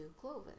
Clovis